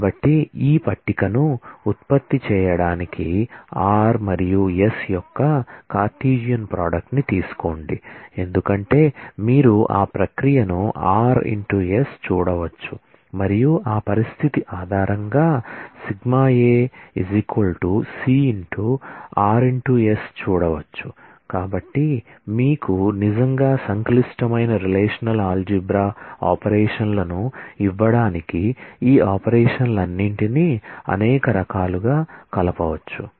కాబట్టి టేబుల్ను ఉత్పత్తి చేయడానికి r మరియు s యొక్క కార్టెసియన్ ప్రోడక్ట్ ని తీసుకోండి ఎందుకంటే మీరు ఆ ప్రక్రియను ఆపరేషన్లను ఇవ్వడానికి ఈ ఆపరేషన్లన్నింటినీ అనేక రకాలుగా కలపవచ్చు